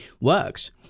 works